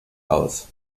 aus